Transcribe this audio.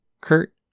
Kurt